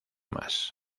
más